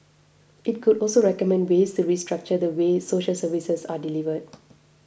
it could also recommend ways to restructure the way social services are delivered